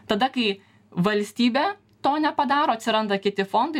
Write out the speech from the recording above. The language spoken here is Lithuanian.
tada kai valstybė to nepadaro atsiranda kiti fondai